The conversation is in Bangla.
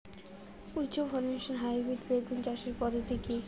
উচ্চ ফলনশীল হাইব্রিড বেগুন চাষের পদ্ধতি কী?